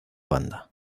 banda